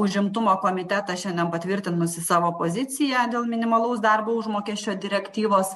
užimtumo komitetą šiandien patvirtinusį savo poziciją dėl minimalaus darbo užmokesčio direktyvos